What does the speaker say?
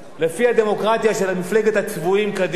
לפי הדמוקרטיה של מפלגת הצבועים קדימה,